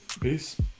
peace